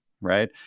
right